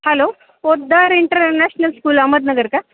hello Poddar international school Ahmednagar का